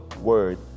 Word